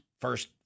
first